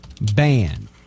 Ban